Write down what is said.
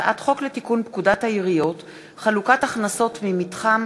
הצעת חוק לתיקון פקודת העיריות (חלוקת הכנסות ממתחם